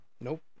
Nope